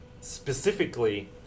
specifically